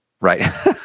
right